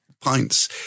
pints